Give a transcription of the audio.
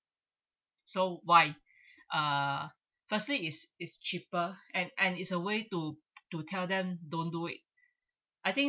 so why uh firstly is is cheaper and and is a way to to tell them don't do it I think